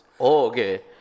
okay